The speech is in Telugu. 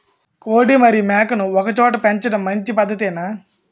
కోడి మరియు మేక ను ఒకేచోట పెంచడం మంచి పద్ధతేనా?